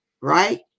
right